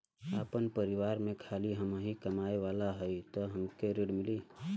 आपन परिवार में खाली हमहीं कमाये वाला हई तह हमके ऋण मिली?